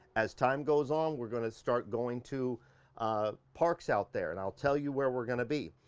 as time goes on, we're gonna start going to parks out there and i'll tell you where we're gonna be.